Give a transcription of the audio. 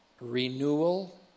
Renewal